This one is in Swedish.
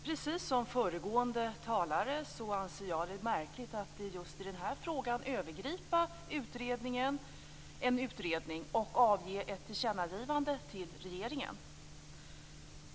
Precis som föregående talare anser jag det märkligt att just i den här frågan föregripa en utredning och avge ett tillkännagivande till regeringen.